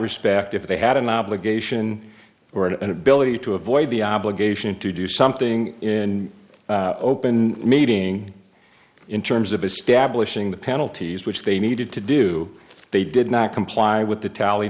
respect if they had an obligation or an ability to avoid the obligation to do something in open meeting in terms of establishing the penalties which they needed to do they did not comply with the tally